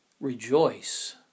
Rejoice